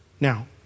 Now